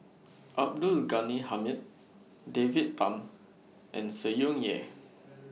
Abdul Ghani Hamid David Tham and Tsung Yeh